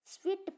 sweet